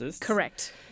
Correct